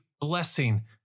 blessing